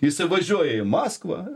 jisai važiuoja į maskvą